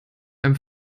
einem